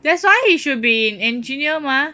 that's why he should be an engineer mah